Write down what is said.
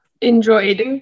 Enjoyed